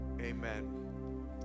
Amen